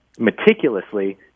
meticulously